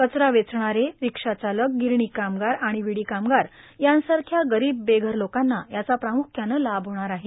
कचरा वेचणारे रिक्षा चालक गिरणी कामगार विडी कामगार यासारख्या गरीब बेघर लोकांना याचा प्रामुख्यानं लाभ होणार आहे